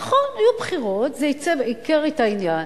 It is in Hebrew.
נכון, היו בחירות, זה עיקר את העניין,